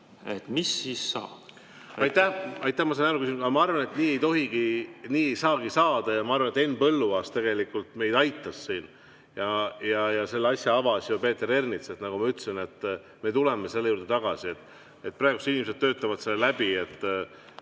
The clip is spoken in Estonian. et mis siis saab.